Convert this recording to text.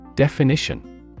Definition